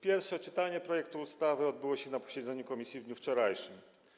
Pierwsze czytanie projektu ustawy odbyło się na posiedzeniu komisji w dniu wczorajszym.